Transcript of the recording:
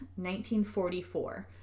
1944